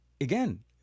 again